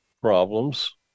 problems